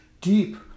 deep